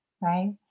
right